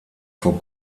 vor